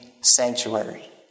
sanctuary